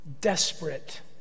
Desperate